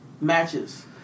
matches